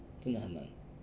真的很难